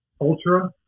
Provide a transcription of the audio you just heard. ultra